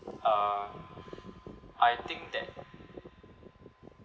uh I think that